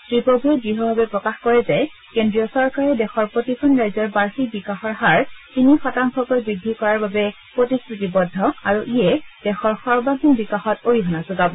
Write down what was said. শ্ৰীপ্ৰভূৱৈ দ্ঢ়ভাৱে প্ৰকাশ কৰে যে কেন্দ্ৰীয় চৰকাৰে দেশৰ প্ৰতিখন ৰাজ্যৰ বাৰ্ষিক বিকাশৰ হাৰ তিনি শতাংশকৈ বৃদ্ধি কৰাৰ বাবে প্ৰতিশ্ৰতিবদ্ধ আৰু ইয়ে দেশৰ সৰ্বাংগীন বিকাশত অৰিহণা যোগাব